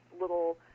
little